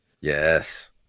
Yes